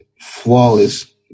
flawless